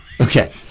Okay